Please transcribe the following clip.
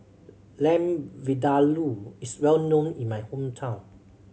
Lamb Vindaloo is well known in my hometown